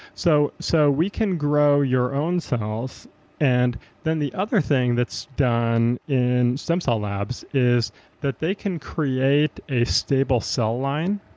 so so we can grow your own cells and then the other thing that's done in stem cell labs is that they can create a stable cell line.